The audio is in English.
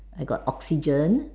I got oxygen